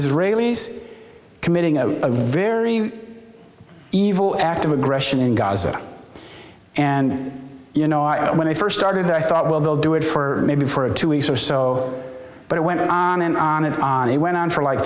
israelis committing a very evil act of aggression in gaza and you know i when i first started i thought well they'll do it for maybe for two weeks or so but it went on and on and on it went on for like